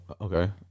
Okay